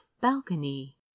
balcony